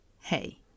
Hey